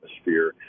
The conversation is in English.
atmosphere